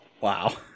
Wow